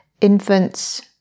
infants